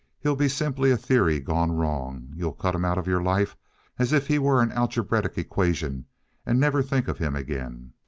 he'll be simply a theory gone wrong. you'll cut him out of your life as if he were an algebraic equation and never think of him again.